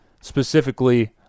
specifically